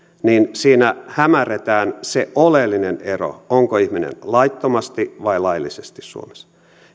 siinä hämärretään se oleellinen ero onko ihminen laittomasti vai laillisesti suomessa